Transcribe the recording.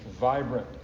vibrant